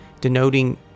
denoting